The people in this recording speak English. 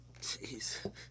Jeez